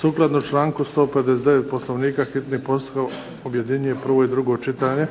Sukladno članku 159. Poslovnika hitni postupak objedinjuje prvo i drugo čitanje,